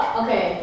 okay